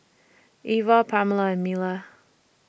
Eva Pamela and Mila